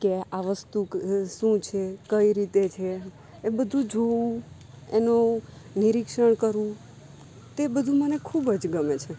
કે આ વસ્તુ શું છે કઈ રીતે છે એ બધું જોવું એનું નિરીક્ષણ કરવું તે બધું મને ખૂબ જ ગમે છે